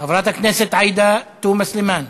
חברת הכנסת עאידה תומא סלימאן,